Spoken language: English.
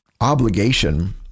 obligation